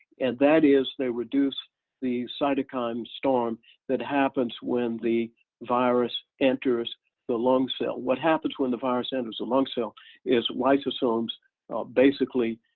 and that is they reduce the cytokine storm that happens when the virus enters the lung cell. what happens when the virus enters the lung cell is lysosomes basically